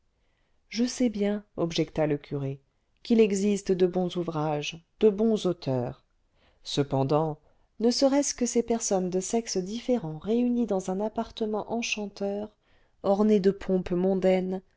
je sais bien objecta le curé qu'il existe de bons ouvrages de bons auteurs cependant ne serait-ce que ces personnes de sexe différent réunies dans un appartement enchanteur orné de pompes mondaines